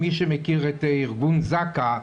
מי שמכיר את ארגון זק"א,